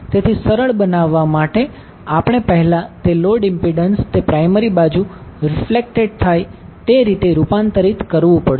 તેથી સરળ બનાવવા માટે આપણે પહેલાં તે લોડ ઇમ્પિડન્સ તે પ્રાયમરી બાજુ રિફ્લેક્ટેડ થાય તે રીતે રૂપાંતરિત કરવું પડશે